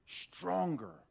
stronger